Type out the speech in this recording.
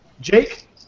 Jake